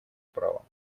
права